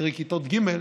קרי כיתות ג',